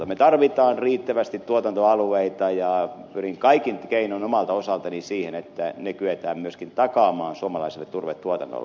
me tarvitsemme riittävästi tuotantoalueita ja pyrin kaikin keinoin omalta osaltani vaikuttamaan siihen että ne kyetään myöskin takaamaan suomalaiselle turvetuotannolle